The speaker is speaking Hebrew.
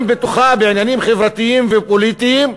בתוכה בעניינים חברתיים ופוליטיים,